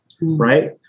Right